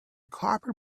copper